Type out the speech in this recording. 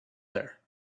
there